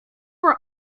our